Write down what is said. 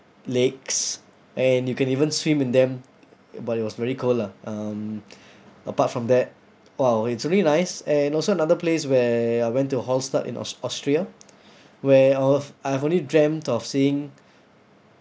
lakes and you can even swim in them but it was very cold lah um apart from that !wow! it's really nice and also another place where I went to hallstatt in aus~ austria where uh I've only dreamt of seeing